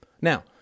Now